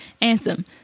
Anthem